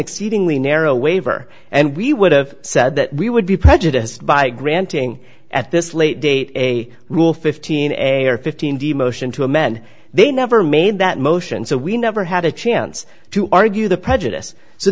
exceedingly narrow waiver and we would have said that we would be prejudiced by granting at this late date a rule fifteen a or fifteen the motion to amend they never made that motion so we never had a chance to argue the prejudice so